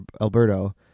Alberto